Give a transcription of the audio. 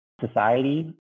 Society